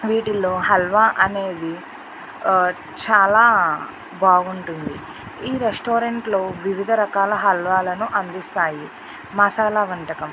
వీటిలో హల్వా అనేది ఆ చాలా బాగుంటుంది ఈ రెస్టారెంట్లో వివిధ రకాల హల్వాలను అందిస్తాయి మసాల వంటకం